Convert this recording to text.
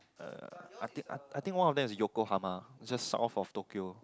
uh I think I think one of them is Yokohama just south of Tokyo